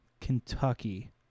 Kentucky